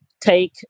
take